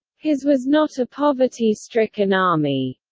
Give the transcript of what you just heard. his was not a poverty-stricken army.